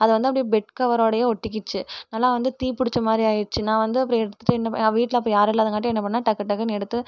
அது வந்து அப்படியே பெட் கவரோடையே ஒட்டிக்கிச்சு நல்லா வந்து தீப்பிடிச்ச மாதிரி ஆயிடுச்சு நான் வந்து அப்புறம் எடுத்துட்டு என்ன நான் வீட்டில் அப்போ யாரும் இல்லாதங்காட்டியும் என்ன பண்ண டக்கு டக்குன்னு எடுத்து